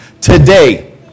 Today